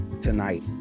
tonight